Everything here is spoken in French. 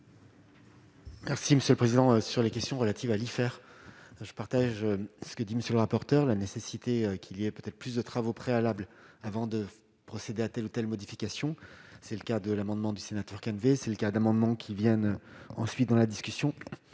Merci monsieur le président sur les questions relatives à l'hiver, je partage ce que dit monsieur le rapporteur, la nécessité qu'il y a peut-être plus de travaux préalables avant de procéder à telle ou telle modification, c'est le cas de l'amendement du sénateur, c'est le cas d'amendements qui viennent ensuite, dans la discussion